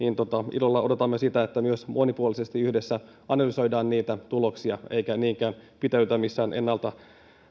ilolla odotamme sitä että myös monipuolisesti yhdessä analysoidaan niitä tuloksia eikä niinkään pitäydytä missään ennalta